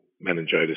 meningitis